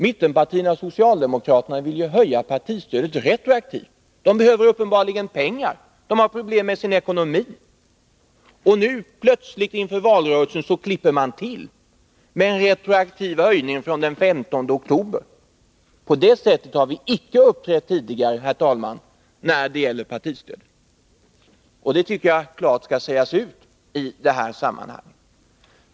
Mittenpartierna och socialdemokraterna vill höja partistödet retroaktivt. De behöver uppenbarligen pengar. De har problem med sin ekonomi, och inför valrörelsen klipper de nu plötsligt till med en retroaktiv höjning från den 15 oktober. På det sättet har vi inte uppträtt tidigare när det gäller partistödet, herr talman. Det tycker jag skall sägas ut klart i det här sammanhanget.